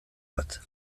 bat